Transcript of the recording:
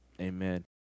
Amen